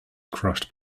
crushed